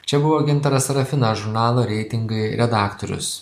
čia buvo gintaras sarafinas žurnalo reitingai redaktorius